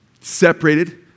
separated